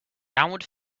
downward